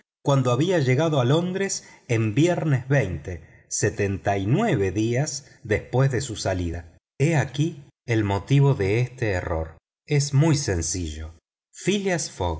cuando había llegado a londres en viernes setenta y nueve días después de su salida he aquí el motivo de este error es muy sencillo phileas